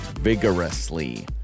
Vigorously